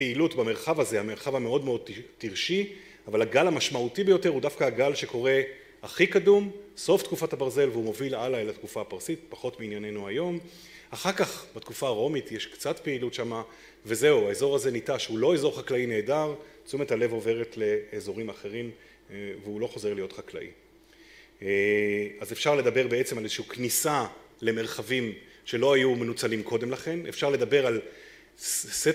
פעילות במרחב הזה, המרחב המאוד מאוד תרשי, אבל הגל המשמעותי ביותר הוא דווקא הגל שקורה הכי קדום, סוף תקופת הברזל והוא מוביל הלאה אל התקופה הפרסית, פחות מענייננו היום. אחר כך בתקופה הרומית יש קצת פעילות שמה וזהו, האזור הזה ניטש, הוא לא אזור חקלאי נהדר, תשומת הלב עוברת לאזורים אחרים, והוא לא חוזר להיות חקלאי. אז אפשר לדבר בעצם על איזושהי כניסה למרחבים שלא היו מנוצלים קודם לכן, אפשר לדבר על ס...